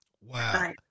Wow